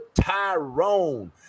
Tyrone